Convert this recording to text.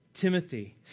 Timothy